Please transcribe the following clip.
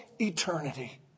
eternity